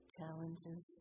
challenges